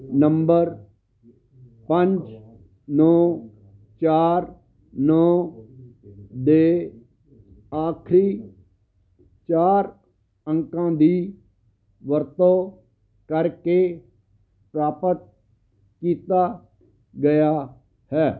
number ਪੰਜ ਨੌ ਚਾਰ ਨੌ ਦੇ ਆਖਰੀ ਚਾਰ ਅੰਕਾਂ ਦੀ ਵਰਤੋਂ ਕਰਕੇ ਪ੍ਰਾਪਤ ਕੀਤਾ ਗਿਆ ਹੈ